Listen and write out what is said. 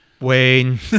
wayne